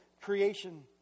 creation